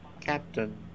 captain